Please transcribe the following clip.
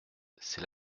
c’est